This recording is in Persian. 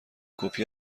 کپی